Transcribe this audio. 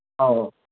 ꯑꯧ ꯑꯧ